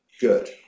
good